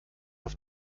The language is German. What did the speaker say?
auf